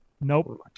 Nope